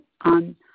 on